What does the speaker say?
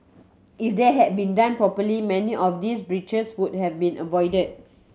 if they had been done properly many of these breaches would have been avoided